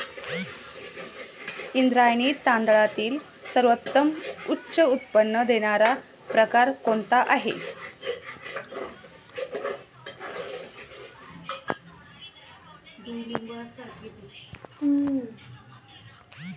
इंद्रायणी तांदळातील सर्वोत्तम उच्च उत्पन्न देणारा प्रकार कोणता आहे?